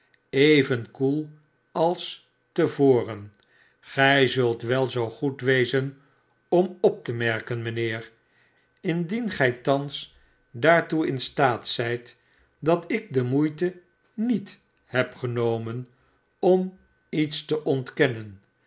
even koel als te voren gij zult wel zoogoed wezen om op te merken mijnheer indien gij thans daartoe in staat zijt dat ik de moeite niet heb gehomen oni iets te ontkennen